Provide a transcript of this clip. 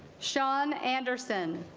sean anderson